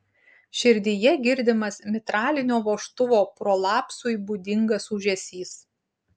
širdyje girdimas mitralinio vožtuvo prolapsui būdingas ūžesys